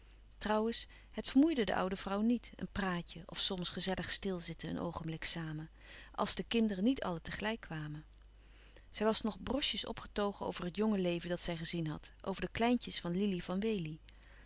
trouwens het vermoeide de oude vrouw niet een praatje of soms gezellig stil zitten een oogenblik samen als de kinderen niet allen tegelijk kwamen zij was nog brosjes opgetogen over het jonge leven dat zij gezien had over de kleintjes van lili van wely